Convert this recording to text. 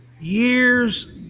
years